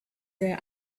their